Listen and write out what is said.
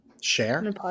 Share